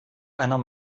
einer